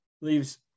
leaves